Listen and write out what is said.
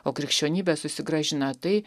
o krikščionybė susigrąžina tai